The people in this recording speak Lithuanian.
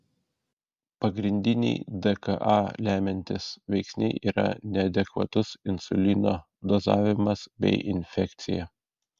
pagrindiniai dka lemiantys veiksniai yra neadekvatus insulino dozavimas bei infekcija